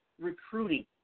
recruiting